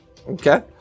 Okay